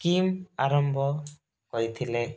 scheme ଆରମ୍ଭ କରିଥିଲେ